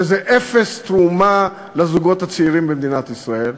שזה אפס תרומה לזוגות הצעירים במדינת ישראל?